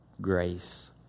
grace